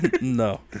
no